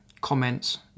comments